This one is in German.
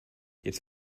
jetzt